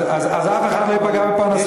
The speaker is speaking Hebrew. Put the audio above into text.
אז אף אחד לא ייפגע בפרנסתו.